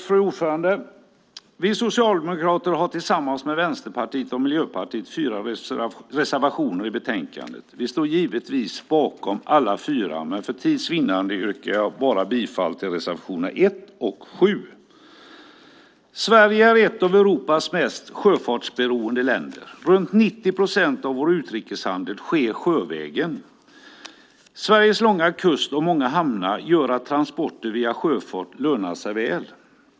Fru talman! Vi socialdemokrater har tillsammans med Vänsterpartiet och Miljöpartiet fyra reservationer i betänkandet. Vi står givetvis bakom alla fyra, men för tids vinnande yrkar jag bifall bara till reservationerna 1 och 7. Sverige är ett av Europas mest sjöfartsberoende länder. Runt 90 procent av vår utrikeshandel sker sjövägen. Sveriges långa kust och många hamnar gör att transporter via sjöfart lönar sig väl.